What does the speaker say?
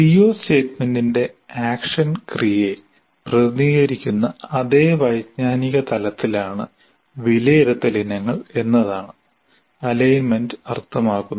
CO സ്റ്റേറ്റ്മന്റിന്റെ action ക്രിയയെ പ്രതിനിധീകരിക്കുന്ന അതേ വൈജ്ഞാനിക തലത്തിലാണ് വിലയിരുത്തൽ ഇനങ്ങൾ എന്നതാണ് അലൈൻമെന്റ് അർത്ഥമാക്കുന്നത്